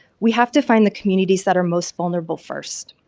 we have to find the communities that are most vulnerable first.